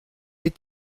est